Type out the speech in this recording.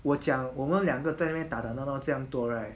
我讲我们两个在那边打打闹闹这样多 right